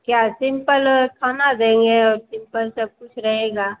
क्या सिंपल खाना देंगे और सिंपल सब कुछ रहेगा